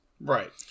right